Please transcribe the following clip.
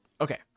okay